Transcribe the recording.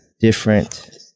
different